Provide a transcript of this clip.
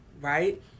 right